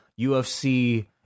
UFC